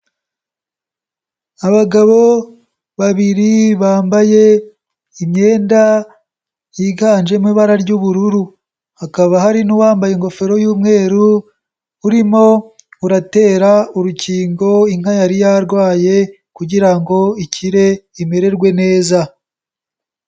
Abagabo babiri bambaye imyenda yiganjemo ibara ry'ubururu, hakaba hari n'uwambaye ingofero y'umweru urimo uratera urukingo inka yari yarwaye kugira ngo ikire imererwe neza.